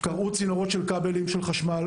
קרעו צינורות של כבלי חשמל,